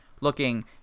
looking